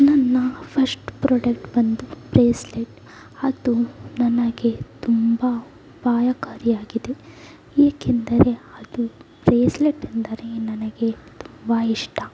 ನನ್ನ first product ಬಂದು bracelet ಅದು ನನಗೆ ತುಂಬ ಉಪಾಯಕಾರಿಯಾಗಿದೆ ಏಕೆಂದರೆ ಅದು ಬ್ರೇಸ್ಲೇಟ್ ಎಂದರೆ ನನಗೆ ತುಂಬ ಇಷ್ಟ